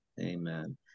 Amen